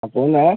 अब समझ में आया